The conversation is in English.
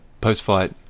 post-fight